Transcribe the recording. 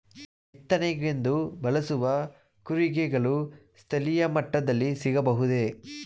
ಬಿತ್ತನೆಗೆಂದು ಬಳಸುವ ಕೂರಿಗೆಗಳು ಸ್ಥಳೀಯ ಮಟ್ಟದಲ್ಲಿ ಸಿಗಬಹುದೇ?